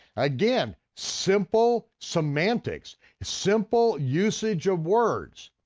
again, simple semantics, simple usage of words.